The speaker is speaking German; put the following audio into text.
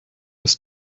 ist